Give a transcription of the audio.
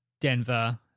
Denver